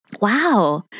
wow